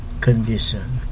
condition